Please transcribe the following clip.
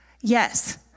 Yes